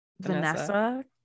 Vanessa